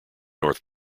north